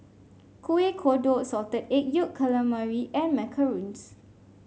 Kueh Kodok Salted Egg Yolk Calamari and macarons